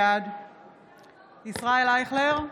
בעד ישראל אייכלר,